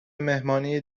مهمانی